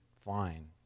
fine